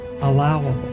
allowable